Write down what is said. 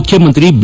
ಮುಖ್ಯಮಂತ್ರಿ ಬಿ